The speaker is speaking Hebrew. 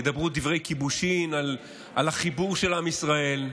ידברו דברי כיבושין על החיבור של עם ישראל,